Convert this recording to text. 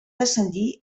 descendir